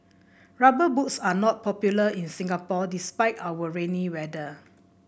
rubber boots are not popular in Singapore despite our rainy weather